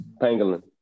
Pangolin